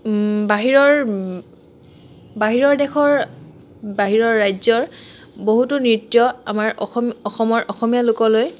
বাহিৰৰ বাহিৰৰ দেশৰ বাহিৰৰ ৰাজ্যৰ বহুতো নৃত্য আমাৰ অসম অসমৰ অসমীয়া লোকলৈ